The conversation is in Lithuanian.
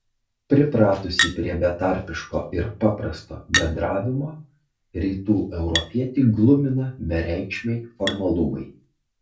pripratusį prie betarpiško ir paprasto bendravimo rytų europietį glumina bereikšmiai formalumai